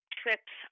trips